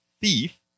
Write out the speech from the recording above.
thief